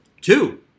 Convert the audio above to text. two